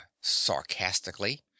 sarcastically